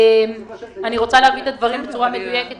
את מספר המשפחות שהיו בקהילה ועזבו אותם,